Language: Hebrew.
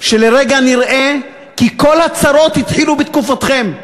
ולרגע נראה כי כל הצרות התחילו בתקופתכם,